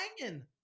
banging